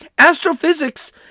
Astrophysics